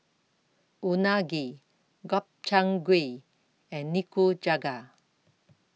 Unagi Gobchang Gui and Nikujaga